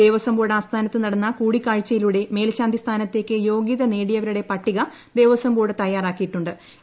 Devaswom board ആസ്ഥാനത്തു നടന്ന കൂടി കാഴ്ചയിലൂടെ മേൽശാന്തി സ്ഥാനത്തേക്ക് യോഗൃത നേടിയവരുടെ പട്ടിക ദേവസ്വം ബോർഡ് തയ്യാറാക്കിയിട്ടു ്